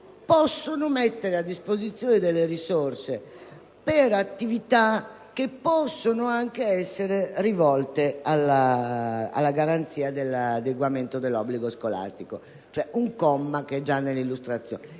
possono mettere a disposizione delle risorse per attività che possono anche essere rivolte alla garanzia dell'adeguamento dell'obbligo scolastico. Con questo modesto emendamento